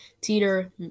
Teeter